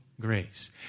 grace